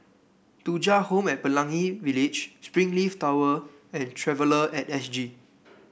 Thuja Home at Pelangi Village Springleaf Tower and Traveller at S G